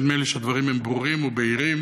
נדמה לי שהדברים הם ברורים ובהירים,